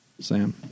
Sam